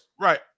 Right